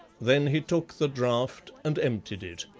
then he took the draught and emptied it.